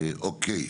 אוקיי.